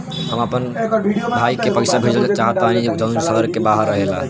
हम अपना भाई के पइसा भेजल चाहत बानी जउन शहर से बाहर रहेला